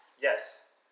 Yes